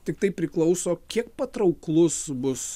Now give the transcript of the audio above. tiktai priklauso kiek patrauklus bus